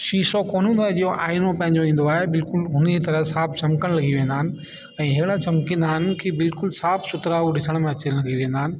शीशो कोन हुंदो आहे जीअं हो आइनो पंहिंजो ईंदो आहे बिल्कुलु हुनीअ तरह साफ़ु चमिकण लॻी वेंदा आहिनि ऐं हेड़ा चमकींदा आहिनि की बिल्कुलु साफ़ु सुथिरा हू ॾिसण में अचणु लॻी वेंदा आहिनि